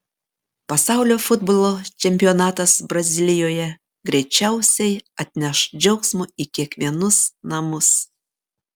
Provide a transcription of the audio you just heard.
pasaulio futbolo čempionatas brazilijoje greičiausiai atneš džiaugsmo į kiekvienus namus